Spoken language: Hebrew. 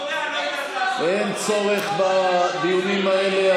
אין צורך בדיונים האלה.